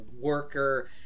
worker